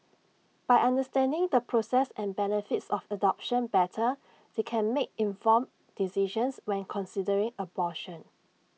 by understanding the process and benefits of adoption better they can make informed decisions when considering abortion